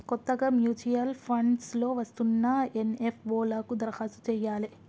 కొత్తగా mutual funds లో వస్తున్న ఎన్.ఎఫ్.ఓ లకు దరఖాస్తు చెయ్యాలే